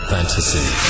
Fantasy